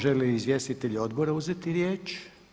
Žele li izvjestitelji odbora uzeti riječ?